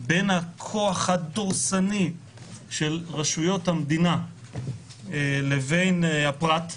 בין הכוח הדורסני של רשויות המדינה לבין הפרט,